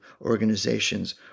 organizations